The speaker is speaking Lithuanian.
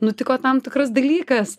nutiko tam tikras dalykas